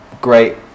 great